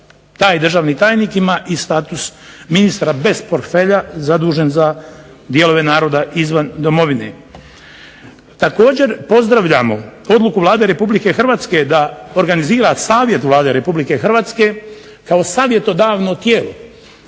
taj državni tajnik ima status ministra bez portfelja zadužen za dijelove naroda izvan domovine. Također pozdravljamo odluku Vlade Republike Hrvatske da organizira savjet Vlade Republike Hrvatske kao savjetodavno tijelo,